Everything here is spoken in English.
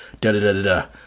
da-da-da-da-da